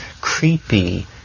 creepy